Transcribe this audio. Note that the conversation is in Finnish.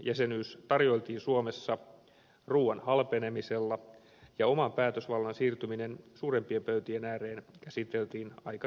jäsenyys tarjoiltiin suomessa ruuan halpenemisella ja oman päätösvallan siirtyminen suurempien pöytien ääreen käsiteltiin aika kevyesti